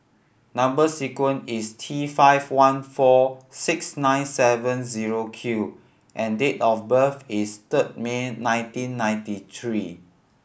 number sequence is T five one four six nine seven zero Q and date of birth is third May nineteen ninety three